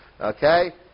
Okay